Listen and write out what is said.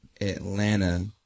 Atlanta